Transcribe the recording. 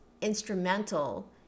instrumental